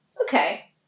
Okay